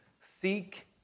seek